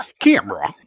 Camera